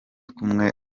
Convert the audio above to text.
kumwe